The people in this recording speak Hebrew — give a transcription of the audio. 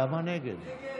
אדוני